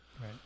Right